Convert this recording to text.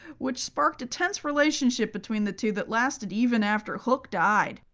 which sparked a tense relationship between the two that lasted even after hooke died,